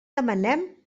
demanem